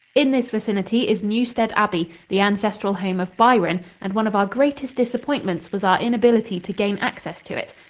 in this vicinity is newstead abbey, the ancestral home of byron, and one of our greatest disappointments was our inability to gain access to it.